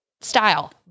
style